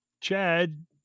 Chad